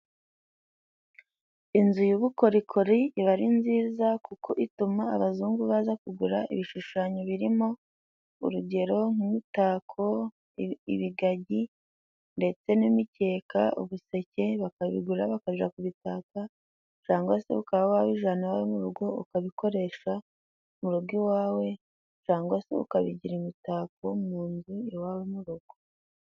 Inzu y'ubukorikori iba ari nziza kuko ituma abazungu baza kugura ibishushanyo birimo ,urugero nk'imitako, ibigagi ndetse n'imikeka, ubuseke, bakabigura bakaja kubitaka cangwa se ukaba wabijana iwawe mu rugo ukabikoresha mu rugo iwawe cangwa se ukabigira imitako mu nzu iwawe mu rugo.